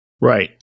right